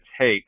take